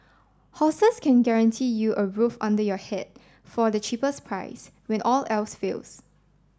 hostels can guarantee you a roof under your head for the cheapest price when all else fails